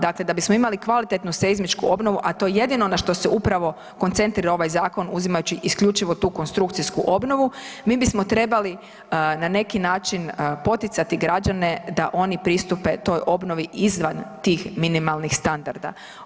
Dakle, da bismo imali kvalitetnu seizmičku obnovu, a to je jedino na što se upravo koncentrira ovaj zakon uzimajući isključivo tu konstrukcijsku obnovu, mi bismo trebali na neki način poticati građane da oni pristupe toj obnovi izvan tih minimalnih standarda.